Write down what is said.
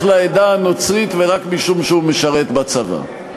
לעדה הנוצרית ורק משום שהוא משרת בצבא.